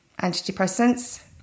antidepressants